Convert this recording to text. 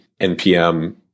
NPM